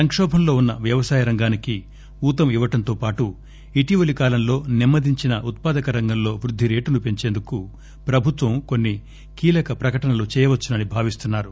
సంకోభంలో వున్స వ్యవసాయ రంగానికి ఊతం ఇవ్వడంతోపాటు ఇటీవలి కాలంలో సెమ్మ దించిన ఉత్పాదక రంగంలో వృద్దిరేటును పెంచేందుకు ప్రభుత్వం కొన్ని కీలక ప్రకటనలు చేయవచ్చునని భావిస్తున్నారు